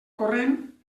corrent